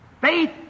Faith